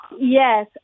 Yes